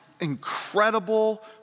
incredible